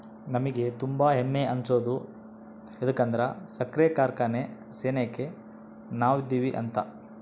ನಮಿಗೆ ತುಂಬಾ ಹೆಮ್ಮೆ ಅನ್ಸೋದು ಯದುಕಂದ್ರ ಸಕ್ರೆ ಕಾರ್ಖಾನೆ ಸೆನೆಕ ನಾವದಿವಿ ಅಂತ